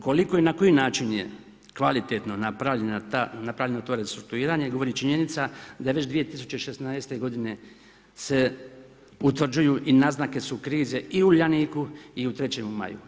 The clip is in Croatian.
Koliko i na koji način je kvalitetno napravljeno to restrukturiranje govori i činjenica da je već 2016. godine se utvrđuju i naznake su krize i u Uljaniku i u 3. Maju.